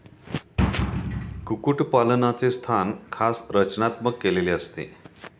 कुक्कुटपालनाचे स्थान खास रचनात्मक केलेले असते